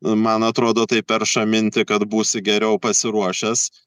man atrodo tai perša mintį kad būsi geriau pasiruošęs